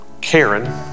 Karen